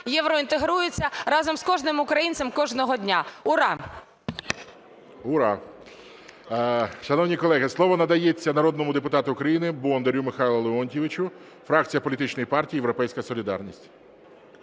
євроінтегрується разом з кожним українцем кожного дня. Ура! ГОЛОВУЮЧИЙ. Ура. Шановні колеги, слово надається народному депутату України Бондарю Михайле Леонтійовичу, фракція політичної партії "Європейська солідарність".